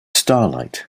starlight